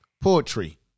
poetry